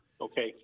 Okay